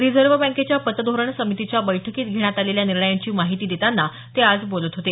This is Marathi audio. रिझर्व्ह बँकेच्या पतधोरण समितीच्या बैठकीत घेण्यात आलेल्या निर्णयांची माहिती देताना ते आज बोलत होते